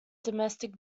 domestic